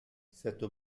cette